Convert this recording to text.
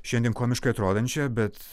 šiandien komiškai atrodančia bet